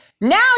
Now